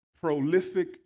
prolific